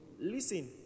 Listen